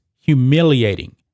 humiliating